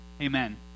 Amen